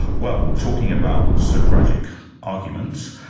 well, talking about socratic arguments,